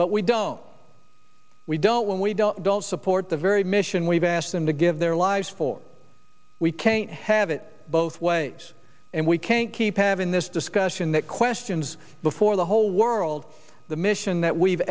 we we don't when we don't support the very mission we've asked them to give their lives for we can't have it both ways and we can't keep having this discussion that questions before the whole world the mission that we've